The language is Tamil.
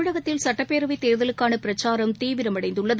தமிழகத்தில் சட்டப் பேரவைத் தேர்தலுக்கான பிரச்சாரம் தீவிரமடைந்துள்ளது